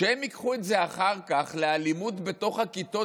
כשהם ייקחו את זה אחר- כך לאלימות בתוך הכיתות,